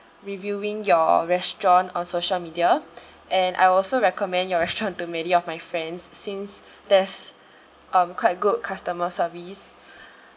reviewing your restaurant on social media and I'll also recommend your restaurant to many of my friends since there's um quite a good customer service